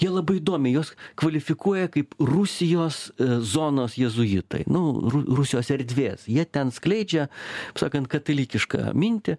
jie labai įdomiai juos kvalifikuoja kaip rusijos zonos jėzuitai nu ru rusijos erdvės jie ten skleidžia taip sakant katalikišką mintį